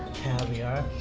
caviar,